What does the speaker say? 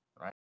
right